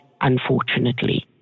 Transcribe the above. unfortunately